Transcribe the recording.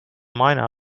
mina